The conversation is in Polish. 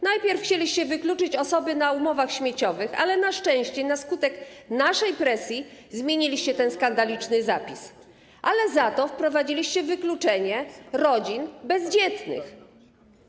Najpierw chcieliście wykluczyć osoby na umowach śmieciowych, ale na szczęście, na skutek wywieranej przez nas presji, zmieniliście ten skandaliczny zapis, za to wprowadziliście wykluczenie rodzin bezdzietnych.